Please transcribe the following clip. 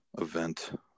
event